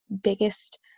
biggest